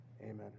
Amen